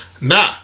nah